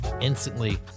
instantly